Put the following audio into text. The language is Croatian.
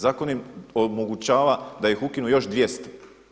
Zakon im omogućava da ih ukinu još 200.